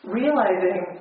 realizing